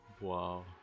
Wow